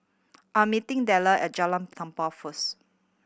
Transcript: I'm meeting Dellar at Jalan Tampang first